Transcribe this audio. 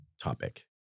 topic